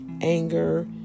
anger